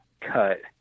cut